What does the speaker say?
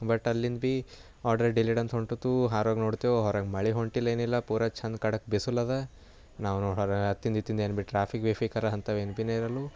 but ಅಲ್ಲಿಂದ ಭಿ order delayed ಅಂತೊಂಟುತು ಹೊರಗೆ ನೋಡ್ತೆವು ಹೊರಗೆ ಮಳೆ ಹೊಂಟಿಳೇನಿಲ್ಲ ಪೂರ ಛಂದ ಖಡಕ್ ಬಿಸಿಲದ ನಾವು ನೋಡೋರೆ ಅತ್ತಿಂದ ಇತ್ತಿಂದ ಏನು ಭಿ ಟ್ರಾಫಿಕ್ ಗೀರ್ಫಿಕ್ಕರ ಅಂತವೇನು ಭಿ ನಿರಲ್ಲು